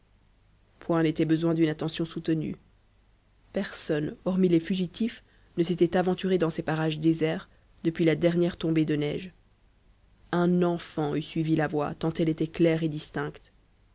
point n'était besoin d'une attention soutenue personne hormis les fugitifs ne s'était aventuré dans ces parages déserts depuis la dernière tombée de neige un enfant eût suivi la voie tant elle était claire et distincte